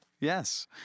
Yes